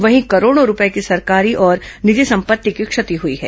वहीं करोड़ों रूपये की सरकारी और निजी संपत्ति की क्षति हुई है